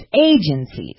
agencies